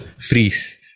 freeze